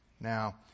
Now